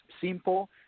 simple